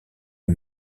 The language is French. eux